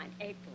April